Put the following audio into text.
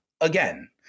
again